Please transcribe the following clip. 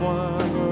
one